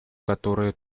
которое